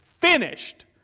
finished